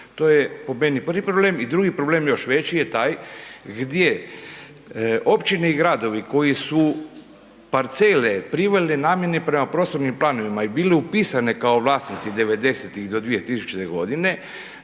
To je po meni prvi problem i drugi problem još veći je taj gdje općine i gradovi koji su parcele priveli namjeni prema prostornim planovima i bile upisane kao vlasnici 90-ih do 2000. g.,